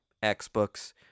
X-Books